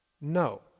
No